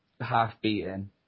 half-beaten